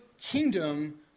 kingdom